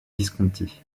visconti